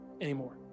anymore